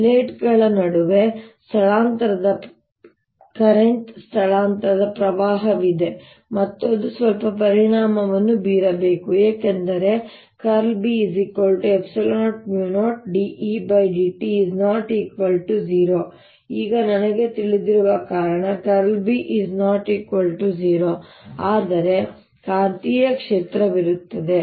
ಪ್ಲೇಟ್ಗಳ ನಡುವೆ ಸ್ಥಳಾಂತರದ ಪ್ರಸ್ತುತ ಸ್ಥಳಾಂತರದ ಪ್ರವಾಹವಿದೆ ಮತ್ತು ಅದು ಸ್ವಲ್ಪ ಪರಿಣಾಮವನ್ನು ಬೀರಬೇಕು ಏಕೆಂದರೆ ▽× B ε0 μ0 dEdt ≠ 0 ಈಗ ನನಗೆ ತಿಳಿದಿರುವ ಕಾರಣ ▽× B ≠ 0 ಆದರೆ ಕಾಂತೀಯ ಕ್ಷೇತ್ರವಿರುತ್ತದೆ